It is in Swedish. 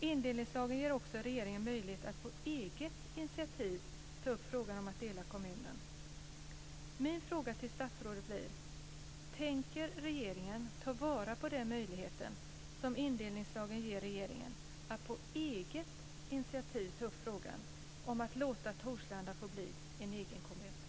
Indelningslagen ger också regeringen möjlighet att på eget initiativ ta upp frågan om att dela kommunen." Min fråga till statsrådet blir då: Tänker regeringen ta vara på den möjlighet som indelningslagen ger regeringen att på eget initiativ ta upp frågan om att låta Torslanda få bli en egen kommun?